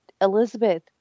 elizabeth